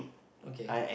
okay